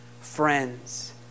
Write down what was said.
friends